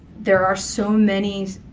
there are so many